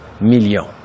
millions